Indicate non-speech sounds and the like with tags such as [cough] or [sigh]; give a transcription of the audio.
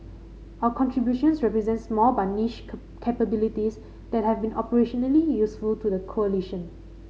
our contributions represent small but niche [unintelligible] capabilities that have been operationally useful to the coalition